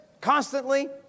constantly